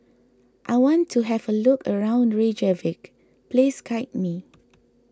I want to have a look around Reykjavik please guide me